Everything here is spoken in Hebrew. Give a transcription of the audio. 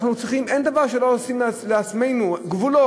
אין דבר שבו אנו לא שמים לעצמנו גבולות.